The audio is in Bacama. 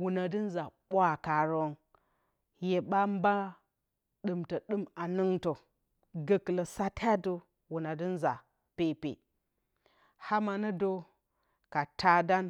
wuna nduza ɓwa karon mye ɓa dumtə dum haningtə gəkulə sataati wuno ndu nza peepe, ama nə də ko taadah.